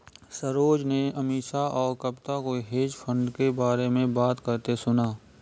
सरोज ने अमीषा और कविता को हेज फंड के बारे में बात करते सुना